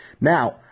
Now